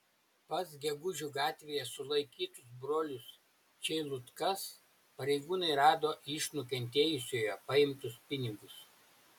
pas gegužių gatvėje sulaikytus brolius čeilutkas pareigūnai rado iš nukentėjusiojo paimtus pinigus